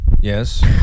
yes